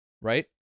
right